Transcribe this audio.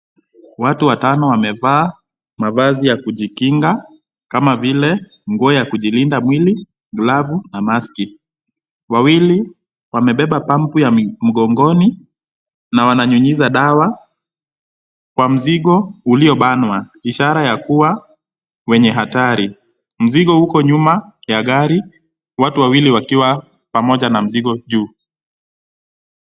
Watu watano wamevaa mavazi ya kujikinga kama vile nguo ya kujilinda mwili, glavu na maski wawili wamebeba pampu ya mgongoni na wananyunyiza dawa kwa mzigo uliobanwa ishara ya kuwa wenye hatari. Mzigo uko nyuma ya gari watu wawili wakiwa pamoja na mzigo juu.